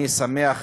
אני שמח